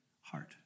heart